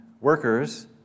workers